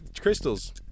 crystals